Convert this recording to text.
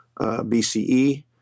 BCE